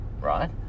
Right